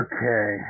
Okay